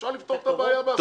אפשר לפתור את הבעיה בהסכמה.